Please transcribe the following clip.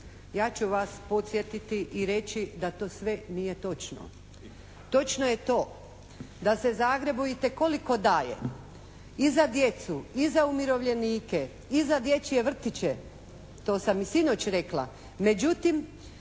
ja ću vas podsjetiti i reći da to sve nije točno. Točno je to da se Zagrebu itekoliko daje i za djecu i za umirovljenike i za dječje vrtiće. To sam i sinoć rekla.